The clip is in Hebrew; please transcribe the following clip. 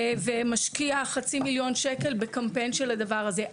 משקיע חצי מיליון שקלים בקמפיין של הדבר הזה.